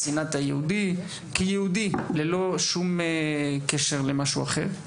לשנאת יהודים רק מעצם היותם יהודים ולא משום סיבה אחרת.